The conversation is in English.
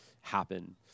happen